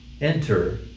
enter